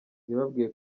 yababwiye